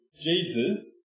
Jesus